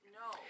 no